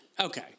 Okay